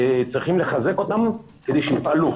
צריכים לחזק אותן כדי שיפעלו